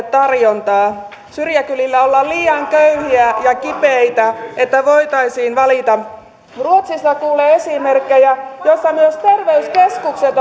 tarjontaa syrjäkylillä ollaan liian köyhiä ja kipeitä että voitaisiin valita ruotsista kuulee esimerkkejä joissa myös terveyskeskukset